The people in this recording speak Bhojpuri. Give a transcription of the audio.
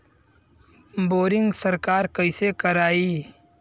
बोरिंग सरकार कईसे करायी?